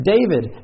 David